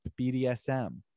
BDSM